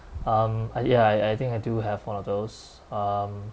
um I ya I I think I do have one of those um